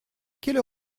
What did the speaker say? quelle